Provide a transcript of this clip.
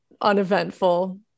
uneventful